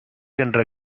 என்ற